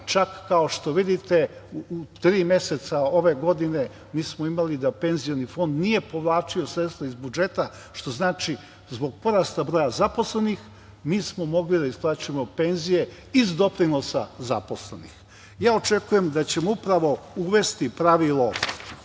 čak kao što vidite u tri meseca ove godine mi smo imali da Penzioni fond nije povlačio sredstva iz budžeta, što znači zbog porasta broja zaposlenih mi smo mogli da isplaćujemo penzije iz doprinosa zaposlenih. Očekujem da ćemo upravo uvesti pravilo